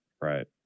Right